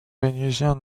vénusien